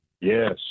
Yes